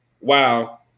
Wow